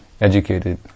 Educated